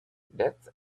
that